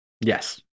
Yes